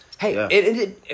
Hey